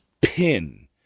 pin